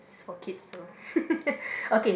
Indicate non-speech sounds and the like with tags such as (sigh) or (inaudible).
is for kids so (laughs) okay